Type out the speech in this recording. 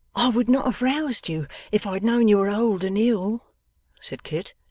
i would not have roused you, if i had known you were old and ill said kit.